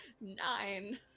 Nine